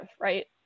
right